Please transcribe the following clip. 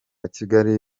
kigali